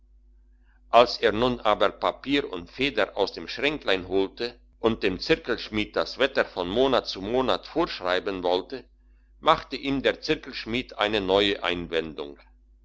als er nun aber papier und feder aus dem schränklein holte und dem zirkelschmied das wetter von monat zu monat vorschreiben wollte machte ihm der zirkelschmied eine neue einwendung